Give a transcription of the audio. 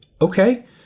Okay